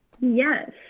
yes